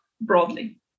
broadly